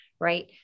Right